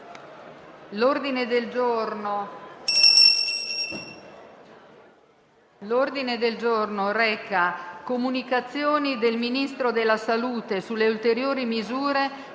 L'ordine del giorno reca: «Comunicazioni del Ministro della salute sulle ulteriori misure